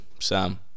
Sam